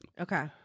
Okay